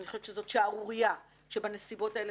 אני חושבת שזאת שערורייה שבנסיבות האלה